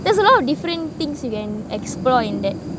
there's a lot of different things you can explore in that